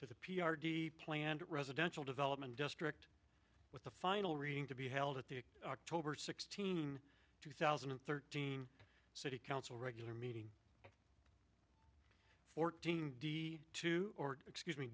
to the p r d planned residential development district with the final reading to be held at the october sixteenth two thousand and thirteen city council regular meeting fourteen d two or excuse me